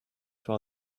while